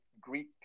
Greek